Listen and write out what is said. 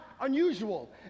unusual